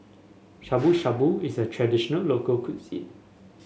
Shabu Shabu is a traditional local cuisine